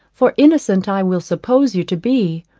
for innocent i will suppose you to be,